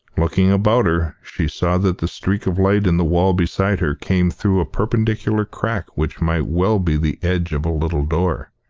looking about her, she saw that the streak of light in the wall beside her came through a perpendicular crack which might well be the edge of a little door.